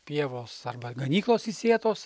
pievos arba ganyklos įsėtos